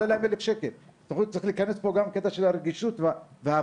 כלומר צריך להיכנס פה גם הקטע של הרגישות וההבנה,